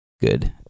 good